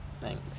Thanks